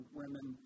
women